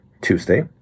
Tuesday